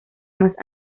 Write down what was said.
más